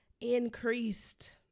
Increased